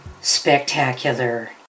spectacular